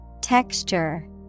Texture